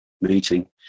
meeting